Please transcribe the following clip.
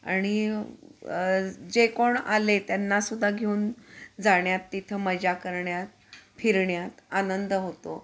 आणि जे कोण आले त्यांना सुद्धा घेऊन जाण्यात तिथं मजा करण्यात फिरण्यात आनंद होतो